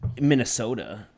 Minnesota